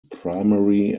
primary